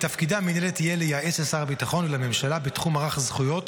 מתפקידי המינהלת יהיה לייעץ לשר הביטחון ולממשלה בתחום מערך הזכויות